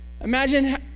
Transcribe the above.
Imagine